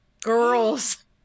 girls